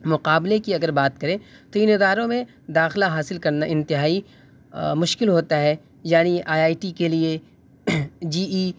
مقابلے کی اگر بات کریں تو ان اداروں میں داخلہ حاصل کرنا انتہائی مشکل ہوتا ہے یعنی آئی آئی ٹی کے لیے جی ای